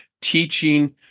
teaching